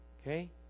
Okay